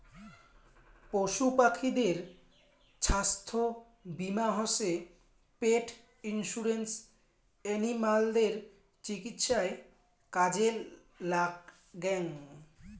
পশু পাখিদের ছাস্থ্য বীমা হসে পেট ইন্সুরেন্স এনিমালদের চিকিৎসায় কাজে লাগ্যাঙ